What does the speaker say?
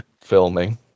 filming